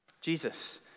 Jesus